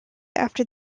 after